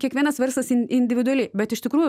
kiekvienas verslas individualiai bet iš tikrųjų